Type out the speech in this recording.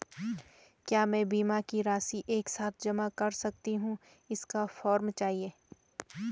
क्या मैं बीमा की राशि एक साथ जमा कर सकती हूँ इसका फॉर्म चाहिए?